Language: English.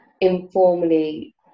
informally